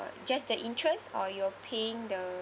just the interest or you're paying the